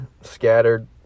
scattered